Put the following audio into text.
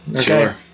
Sure